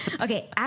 Okay